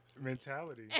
mentality